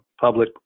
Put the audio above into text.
public